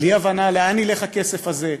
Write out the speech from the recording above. בלי הבנה לאן ילך הכסף הזה,